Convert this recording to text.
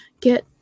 get